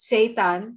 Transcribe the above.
Satan